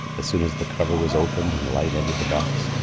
as soon as the cover was opened and light entered the box,